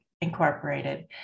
Incorporated